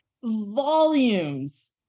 volumes